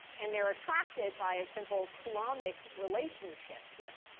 and they're attracted by a simple coulombic relationship here.